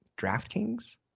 DraftKings